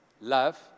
love